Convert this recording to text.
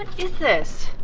is this?